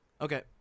Okay